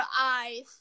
eyes